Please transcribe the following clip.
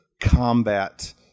combat